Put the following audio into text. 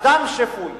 אדם שפוי